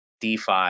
defi